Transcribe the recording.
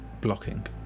blocking